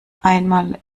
einmal